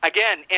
Again